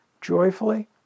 joyfully